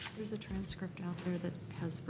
there's a transcript out there that has